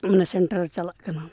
ᱚᱱᱟ ᱪᱟᱞᱟᱜ ᱠᱟᱱᱟ